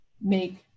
make